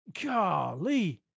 Golly